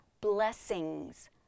blessings